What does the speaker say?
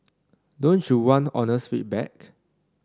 don't you want honest feedback